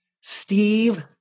Steve